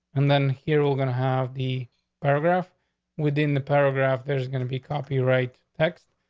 and then here, we're gonna have the paragraph within the paragraph. there's gonna be copy, right? text.